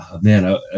man